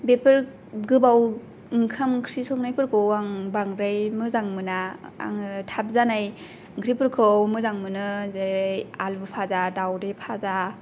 बेफोर गोबाव ओंखाम ओंख्रि संनायफोरखौ आं बांद्राय मोजां मोना आङो थाब जानाय ओंख्रिफोरखौ मोजां मोनो जेरै आलु भाजा दावदै भाजा